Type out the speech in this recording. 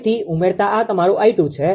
તેથી ઉમેરતા આ તમારું 𝑖2 છે